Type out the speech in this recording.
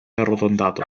arrotondato